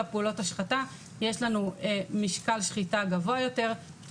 פעולות ההשחתה יש לנו משקל שחיטה גבוה יותר,